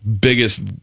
biggest